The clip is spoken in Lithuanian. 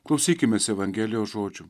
klausykimės evangelijos žodžių